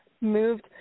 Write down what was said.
moved